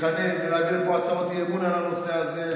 להתחנן ולהביא לפה הצעות אי-אמון על הנושא הזה,